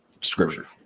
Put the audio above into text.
scripture